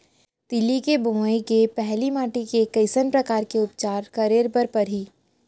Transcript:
तिलि के बोआई के पहिली माटी के कइसन प्रकार के उपचार करे बर परही?